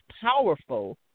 powerful